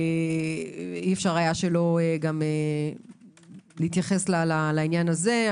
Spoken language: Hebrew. ואי אפשר היה שלא להתייחס גם לעניין הזה.